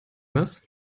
was